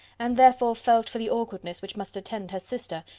and therefore felt for the awkwardness which must attend her sister,